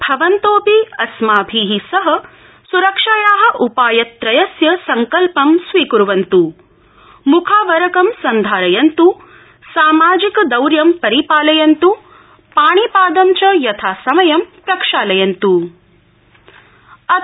भवन्तोऽपि अस्माभि सह सुरक्षाया उपायत्रयस्य सङ्कल्पं स्वीक्वन्त् मुखावरकं सन्धारयन्तु सामाजिकदौर्य परिपालयन्तू पाणिपादं च यथासमयं प्रक्षालयन्त्